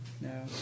no